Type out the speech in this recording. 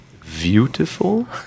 beautiful